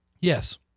Yes